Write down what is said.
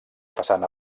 façana